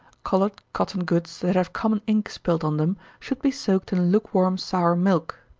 colored cotton goods, that have common ink spilt on them, should be soaked in lukewarm sour milk.